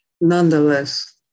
Nonetheless